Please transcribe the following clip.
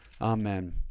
Amen